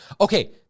okay